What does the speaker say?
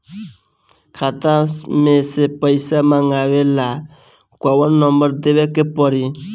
खाता मे से पईसा मँगवावे ला कौन नंबर देवे के पड़ी?